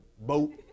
boat